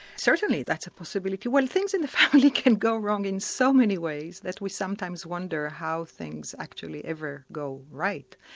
certainly that's a possibility. well things in the family can go wrong in so many ways that we sometimes wonder how things actually ever go right.